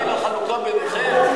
אני אחראי לחלוקה ביניכם?